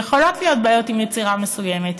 ויכולות להיות בעיות עם יצירה מסוימת,